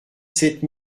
sept